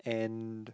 and